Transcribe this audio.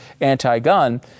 anti-gun